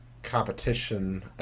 competition